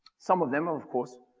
some of them are of course,